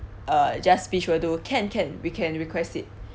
uh just fish will do can can we can request it